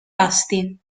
asti